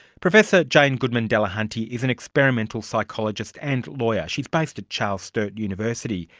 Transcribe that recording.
professor jane goodman-delahunty is an experimental psychologist and lawyer. she's based at charles sturt university.